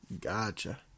Gotcha